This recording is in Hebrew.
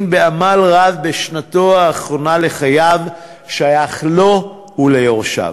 בעמל רב בשנתו האחרונה לחייו שייך לו וליורשיו.